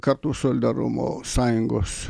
kartų solidarumo sąjungos